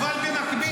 שנייה, טלי.